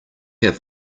have